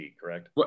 correct